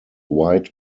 white